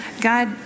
God